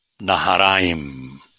Naharaim